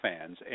fans